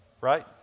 Right